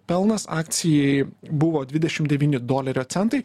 pelnas akcijai buvo dvidešim devyni dolerio centai